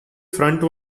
front